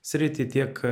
sritį tiek